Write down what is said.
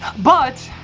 but.